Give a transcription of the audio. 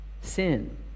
sin